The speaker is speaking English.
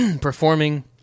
performing